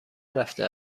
رفته